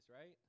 right